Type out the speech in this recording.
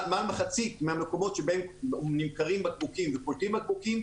מחצית מהמקומות שבהם נמכרים בקבוקים וקולטים בקבוקים,